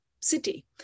city